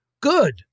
good